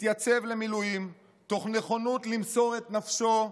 התייצב למילואים תוך נכונות למסור את נפשו,